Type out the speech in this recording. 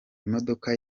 imodoka